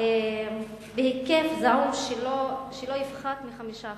בהיקף זעום שלא יפחת מ-5%.